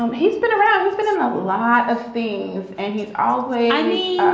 um he's been around. he's been in a lot of things. and he's always i mean,